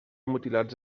mutilats